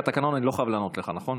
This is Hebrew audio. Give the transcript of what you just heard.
לפי התקנון אני לא חייב לענות לך, נכון?